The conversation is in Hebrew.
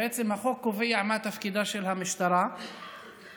בעצם החוק קובע מה תפקידה של המשטרה ואיך